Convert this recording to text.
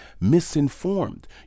misinformed